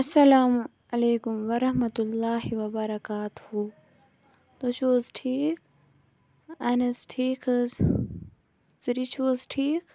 اَسَلامُ علیکُم وَرَحمَتہُ اللہِ وَبَرَکاتُہٗ تُہۍ چھِو حٕظ ٹھیٖک اَہن حظ ٹھیٖک حٕظ سٲری چھِو حٕظ ٹھیٖک